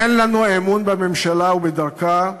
אין לנו אמון בממשלה ובדרכה,